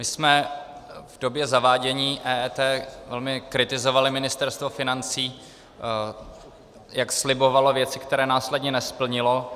My jsme v době zavádění EET velmi kritizovali Ministerstvo financí, jak slibovalo věci, které následně nesplnilo.